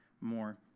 more